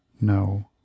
no